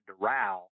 Doral